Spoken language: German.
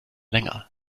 länger